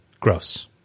Gross